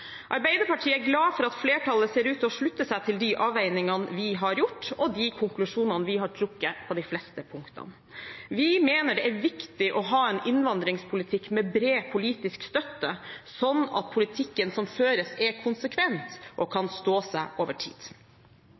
Arbeiderpartiet er glad for at flertallet ser ut til å slutte seg til de avveiningene vi har gjort, og de konklusjonene vi har trukket på de fleste punktene. Vi mener det er viktig å ha en innvandringspolitikk med bred politisk støtte, slik at politikken som føres, er konsekvent og kan stå seg over tid.